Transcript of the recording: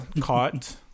caught